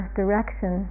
direction